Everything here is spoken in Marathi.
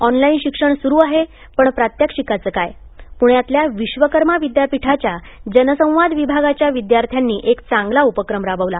ऑनलाईन शिक्षण स्रू आहे पण प्रात्यक्षिकाचं काय प्ण्यातल्या विश्वकर्मा विद्यापीठाच्या जनसंवाद विभागाच्या विद्यार्थ्यांनी एक चांगला उपक्रम राबवला